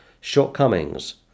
shortcomings